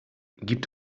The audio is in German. gibt